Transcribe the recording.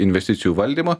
investicijų valdymu